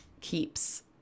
keeps